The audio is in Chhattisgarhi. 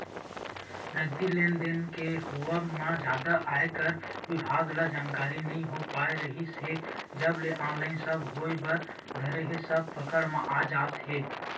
नगदी लेन देन के होवब म जादा आयकर बिभाग ल जानकारी नइ हो पात रिहिस हे जब ले ऑनलाइन सब होय बर धरे हे सब पकड़ म आ जात हे